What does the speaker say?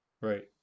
Right